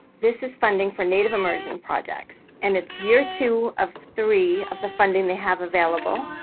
this is funding for native immersion projects and it's year two of three of the funding they have available.